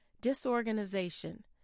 disorganization